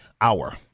hour